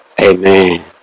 Amen